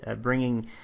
bringing